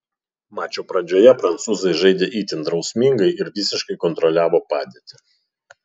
mačo pradžioje prancūzai žaidė itin drausmingai ir visiškai kontroliavo padėtį